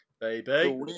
baby